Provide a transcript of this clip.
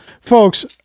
folks